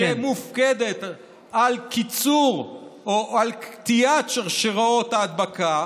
שמופקדת על קיצור או על קטיעת שרשראות ההדבקה,